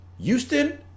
Houston